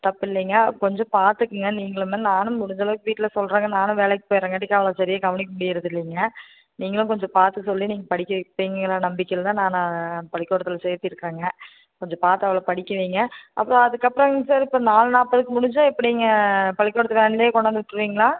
தப்பில்லைங்க கொஞ்சம் பார்த்துக்குங்க நீங்களும் தான் நானும் முடிஞ்சளவுக்கு வீட்டில் சொல்லுறேங்க நானும் வேலைக்கு போயிடுறங்காட்டிக்கு அவளை சரியாக கவனிக்க முடியிறதில்லைங்க நீங்களும் கொஞ்சம் பார்த்து சொல்லி நீங்கள் படிக்க வைப்பீங்கங்கிற நம்பிக்கையில தான் நான் பள்ளிக்கூடத்தில் சேர்த்திருக்குறேங்க கொஞ்சம் பார்த்து அவளை படிக்க வைங்க அப்புறம் அதுக்கப்புறங்க சார் இப்போ நாலு நாற்பதுக்கு முடிஞ்சால் எப்படிங்க பள்ளிக்கூடத்துலருந்தே கொண்டு வந்து விட்டுருவீங்களா